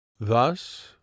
Thus